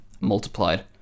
multiplied